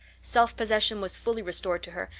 self-possession was fully restored to her,